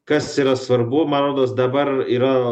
kas yra svarbu man rodos dabar yra